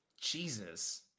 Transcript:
Jesus